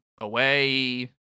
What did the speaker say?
away